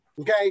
okay